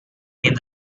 came